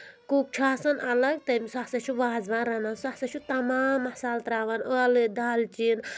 cook چھُ آسان الگ تٔمۍ سُہ ہَسا چھُ وازوان رَنان سُہ ہسا چھُ تَمام مصالحہٕ ترٛاوان عٲلہٕ دالچیٖن